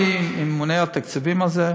אתמול ישבתי עם הממונה על התקציבים על זה,